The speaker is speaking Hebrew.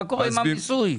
מה קורה עם המיסוי.